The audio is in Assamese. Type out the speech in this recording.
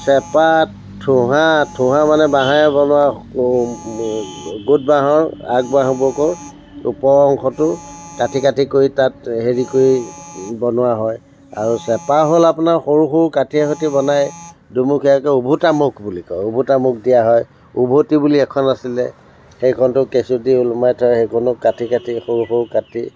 চেপা থোঁহা থোঁহা মানে বাঁহেৰে বনোৱা গোটা বাঁহৰ আগ বাঁহবোৰৰ ওপৰৰ অংশটো কাটি কাটি কৰি তাত হেৰি কৰি বনোৱা হয় আৰু চেপা হ'ল আপোনাৰ সৰু সৰু কাঠিৰে সৈতে বনায় দুমুখীয়াকৈ ওভোতা মুখ বুলি কয় ওভোতা মুখ দিয়া হয় ওভতি বুলি এখন আছিলে সেইখনটো কেঁচু দি ওলোমাই থয় সেইখনো কাটি কাটি সৰু সৰু কাটি